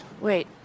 Wait